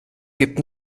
gibt